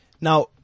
now